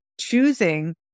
choosing